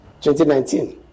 2019